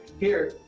here,